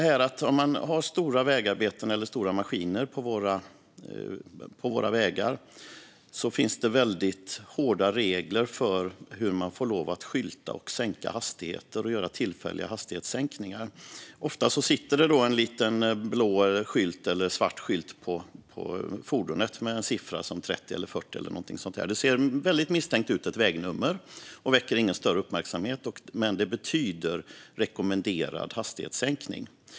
När det sker stora vägarbeten eller finns stora maskiner på vägarna finns det hårda regler för hur man får lov att skylta och göra tillfälliga hastighetssänkningar. Ofta sitter det en liten blå eller svart skylt på fordonet med en siffra - 30 eller 40. Det ser misstänkt ut som ett vägnummer och väcker ingen större uppmärksamhet, men det betyder rekommenderad hastighetssänkning.